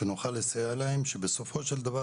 ואנחנו נוכל לסייע להם כי בסופו של דבר